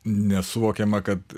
nesuvokiama kad